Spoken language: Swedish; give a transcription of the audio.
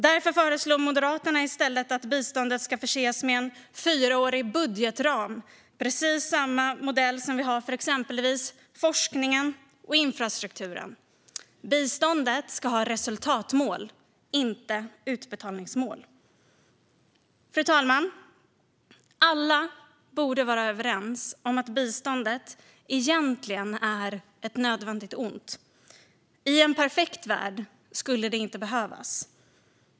Därför föreslår Moderaterna att biståndet i stället ska förses med en fyraårig budgetram - precis samma modell som vi har för exempelvis forskningen och infrastrukturen. Biståndet ska ha resultatmål, inte utbetalningsmål. Fru talman! Alla borde vara överens om att biståndet egentligen är ett nödvändigt ont. I en perfekt värld skulle det inte behövas.